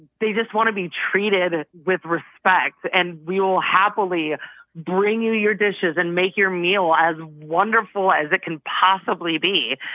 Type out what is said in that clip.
they just want to be treated with respect. and we will happily bring you your dishes and make your meal as wonderful as it can possibly be.